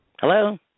Hello